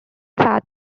fat